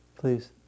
Please